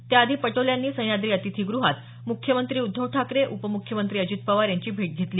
त्या आधी पटोले यांनी सह्याद्री अतिथीगृहात मुख्यमंत्री उद्धव ठाकरे उपमुख्यमंत्री अजित पवार यांची भेट घेतली